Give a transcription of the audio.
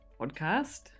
podcast